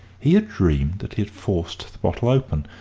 he had dreamed that he had forced the bottle open,